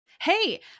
Hey